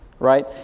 right